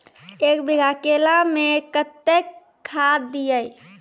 एक बीघा केला मैं कत्तेक खाद दिये?